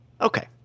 Okay